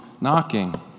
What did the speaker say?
knocking